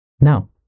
No